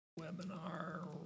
Webinar